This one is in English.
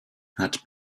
had